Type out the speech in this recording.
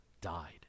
died